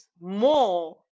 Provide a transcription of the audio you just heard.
more